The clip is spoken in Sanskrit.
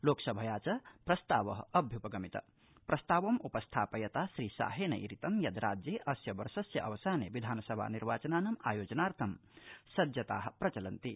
लोकसभया च प्रस्ताव अभ्युपगमित प्रस्तावमुपस्थापयता श्रीशाहेन ईरितं यत् राज्ये अस्य वर्षस्य अवसाने विधानसभा निर्वाचनानाम आयोजनार्थं सज्जता चलन्ति